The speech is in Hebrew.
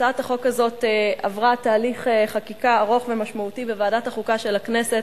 הצעת החוק הזאת עברה תהליך חקיקה ארוך ומשמעותי בוועדת החוקה של הכנסת.